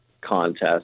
contest